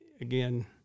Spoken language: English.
again